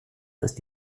ist